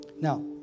Now